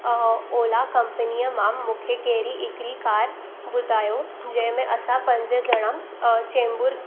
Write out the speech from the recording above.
अ ओला कंपनीअ मां मूंखे कहिड़ी हिकिड़ी कार ॿुधायो जंहिंमें असां पंज ॼणा अ चेंबूर